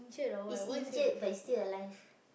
he's injured but he's still alive